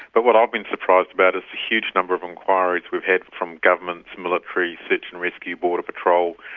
but what i've been surprised about is the huge number of enquiries we've had from governments, military, search and rescue, border patrol,